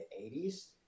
80s